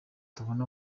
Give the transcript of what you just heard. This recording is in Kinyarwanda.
tubonye